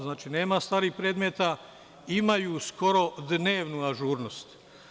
Znači, nema starih predmeta, imaju skoro dnevnu ažurnost.